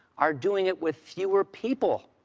are doing it with fewer people.